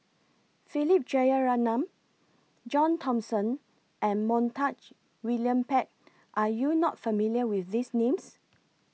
Philip Jeyaretnam John Thomson and Montague William Pett Are YOU not familiar with These Names